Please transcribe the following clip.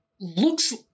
looks